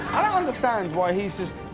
understand why he's just,